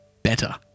better